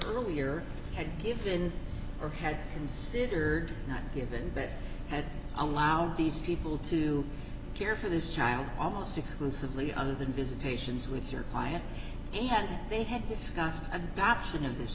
earlier had given or had considered not given that had allowed these people to care for this child almost exclusively other than visitations with your client and they had discussed adoption of this